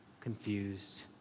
Confused